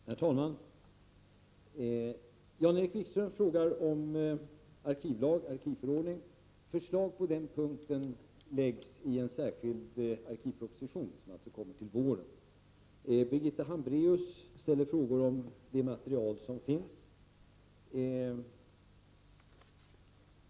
Herr talman! Jan-Erik Wikström frågar om arkivlag eller arkivförordning. Förslag på den punkten läggs i en särskild arkivproposition, som kommer till våren. Birgitta Hambraeus ställer frågor om det material som finns.